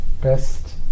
best